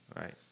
right